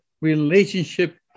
relationship